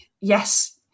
yes